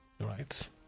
right